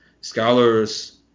Scholars